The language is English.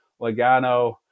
Logano